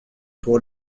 pour